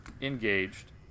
engaged